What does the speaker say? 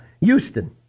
Houston